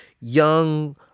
young